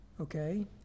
Okay